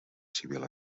civil